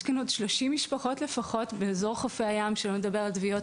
גם נאמר פה שיש סטטיסטיקה באילו חופים לא מוכרזים יש את הטביעות.